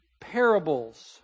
parables